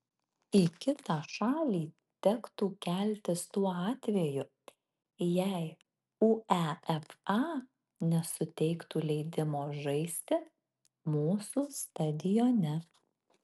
į kitą šalį tektų keltis tuo atveju jei uefa nesuteiktų leidimo žaisti mūsų stadione